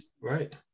Right